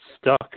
stuck